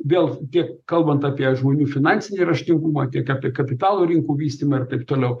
vėl tiek kalbant apie žmonių finansinį raštingumą tiek apie kapitalo rinkų vystymą ir taip toliau